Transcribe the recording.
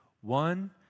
One